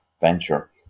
venture